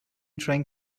trying